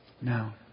now